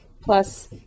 plus